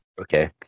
Okay